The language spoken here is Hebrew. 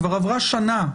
כבר עברה שנה,